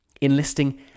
enlisting